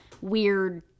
weird